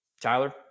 Tyler